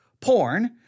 porn